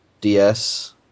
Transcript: DS